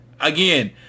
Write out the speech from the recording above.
again